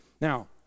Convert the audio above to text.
now